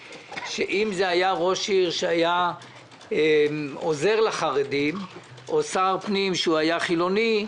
שאם זה היה ראש עיר שהיה עוזר לחרדים או שר פנים שהוא היה חילוני,